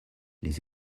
les